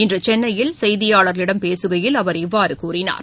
இன்று சென்னையில் செய்தியாளர்களிடம் பேசுகையில் அவர் இவ்வாறு கூறினார்